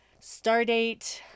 Stardate